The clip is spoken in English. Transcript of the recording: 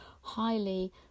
highly